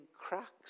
cracks